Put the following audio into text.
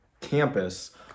campus